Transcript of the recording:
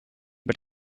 but